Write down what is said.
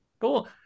Cool